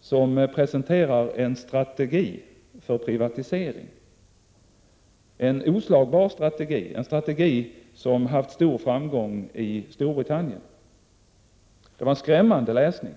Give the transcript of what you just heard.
som presenterade en strategi för privatisering, en oslagbar strategi som haft stor framgång i Storbritannien. Det var en skrämmande läsning.